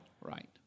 Right